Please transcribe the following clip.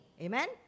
Amen